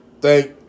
Thank